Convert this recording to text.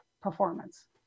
performance